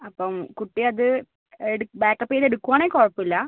അപ്പം കുട്ടി അത് ബേക്കപ്പ് ചെയ്ത് എടുക്കുകയാണെങ്കിൽ കുഴപ്പം ഇല്ല